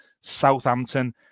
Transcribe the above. Southampton